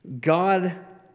God